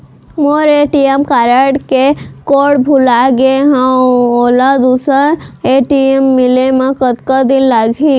मोर ATM card के कोड भुला गे हव, मोला दूसर ए.टी.एम मिले म कतका दिन लागही?